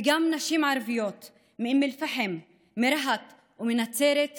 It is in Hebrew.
וגם נשים ערביות מאום אל-פחם, מרהט ומנצרת משלמות.